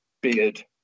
beard